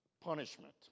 punishment